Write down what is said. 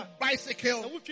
bicycle